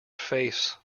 face